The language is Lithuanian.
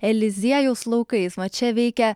eliziejaus laukais mat čia veikia